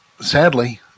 sadly